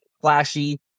flashy